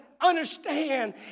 understand